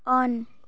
on